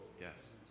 yes